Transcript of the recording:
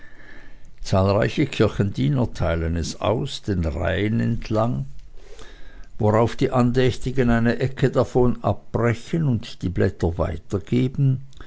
zahlreiche kirchendiener teilen es aus den reihen entlang worauf die andächtigen eine ecke davon brechen und die blätter weitergeben